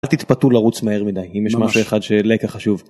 אל תתפתו לרוץ מהר מדי, אם יש משהו אחד שלקח חשוב.